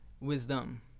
wisdom